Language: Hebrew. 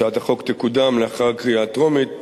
הצעת החוק תקודם לאחר הקריאה הטרומית,